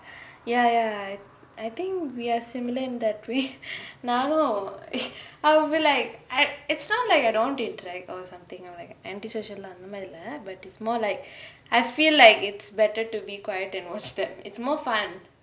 ya ya I think we are similar in that way நானூ:naanu I'll be like it's not like I don't want to interact or something I'm just like anti-social லா அந்த மாரி இல்லே:laa antha maari illae but is more like I feel like it's better to be quiet and watch them it's more fun